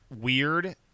weird